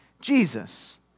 Jesus